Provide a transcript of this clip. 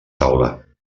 taula